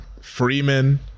Freeman